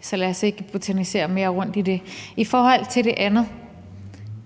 Så lad os ikke botanisere mere rundt i det. I forhold til det andet